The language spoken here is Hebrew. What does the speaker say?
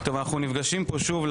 אנחנו נפגשים כאן שוב.